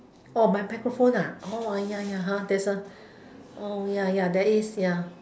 oh by microphone ah oh ya ya ah there's a oh ya ya there is ya